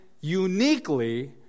uniquely